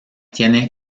tiene